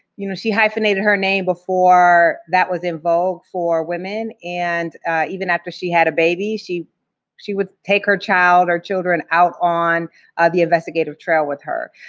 you know, she hyphenated her name before that was en vogue for women, and even after she had a baby, she she would take her child or children out on the investigative trail with her.